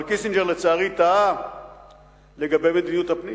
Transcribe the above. אבל קיסינג'ר לצערי טעה לגבי מדיניות הפנים.